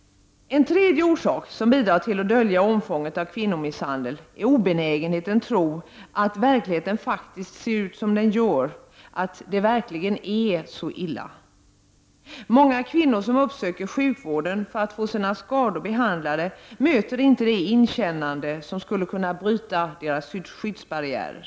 En tredje orsak som bidrar till att dölja omfånget av kvinnomisshandeln är obenägenheten att tro att verkligheten faktiskt ser ut som den gör, att det ”verkligen är så illa”. Många kvinnor som uppsöker sjukvården för att få sina skador behandlade möter inte det inkännande som skulle kunna bryta deras skyddsbarriärer.